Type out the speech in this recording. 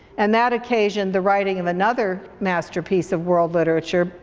and that occasioned the writing of another masterpiece of world literature,